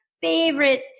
favorite